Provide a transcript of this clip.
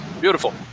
beautiful